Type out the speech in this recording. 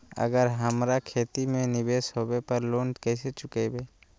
अगर हमरा खेती में निवेस होवे पर लोन कैसे चुकाइबे?